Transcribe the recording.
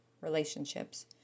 relationships